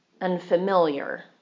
unfamiliar